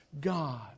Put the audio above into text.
God